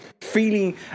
feeling